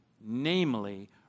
Namely